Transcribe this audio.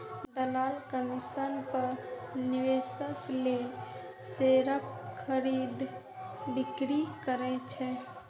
दलाल कमीशन पर निवेशक लेल शेयरक खरीद, बिक्री करै छै